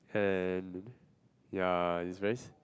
and yeah it's very